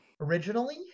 Originally